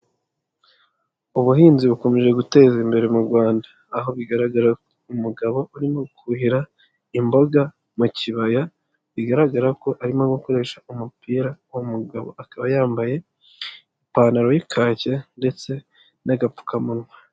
Ubuhinzi bukomeje gutezwa imbere mu Rwanda. Aho bigaragara umugabo urimo kuhira imboga mu kibaya, bigaragara ko arimo gukoresha umupira, uwo mugabo akaba yambaye ipantaro y'ikake ndetse n'agapfukamunwa.